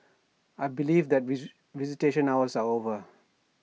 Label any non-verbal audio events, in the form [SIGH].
I believe that [UNINTELLIGIBLE] visitation hours are over